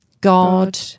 God